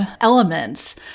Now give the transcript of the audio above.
elements